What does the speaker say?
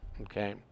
okay